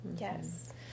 yes